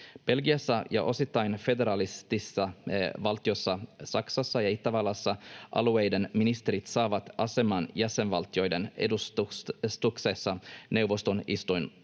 Belgiassa ja osittain federalistisissa valtioissa Saksassa ja Itävallassa alueiden ministerit saavat aseman jäsenvaltioiden edustuksessa neuvoston istunnoissa.